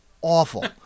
Awful